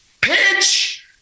pitch